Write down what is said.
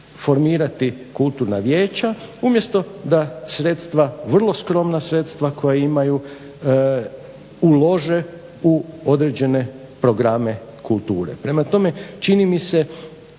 formirati kulturna vijeća umjesto da sredstva vrlo skromna sredstva koja imaju ulože u određene programe kulture. Prema tome, čini mi se